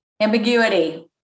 ambiguity